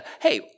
Hey